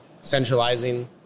centralizing